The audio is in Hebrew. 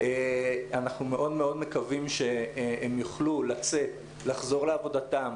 אנחנו מאוד מקווים שהם יוכלו לחזור לעבודתם